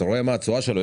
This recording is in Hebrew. אתה רואה מה התשואה שלו,